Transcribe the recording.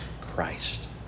Christ